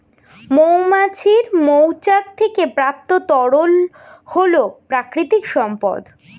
মৌমাছির মৌচাক থেকে প্রাপ্ত তরল হল প্রাকৃতিক সম্পদ